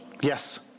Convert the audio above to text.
yes